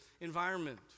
environment